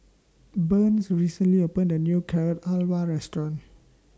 Burns recently opened A New Carrot Halwa Restaurant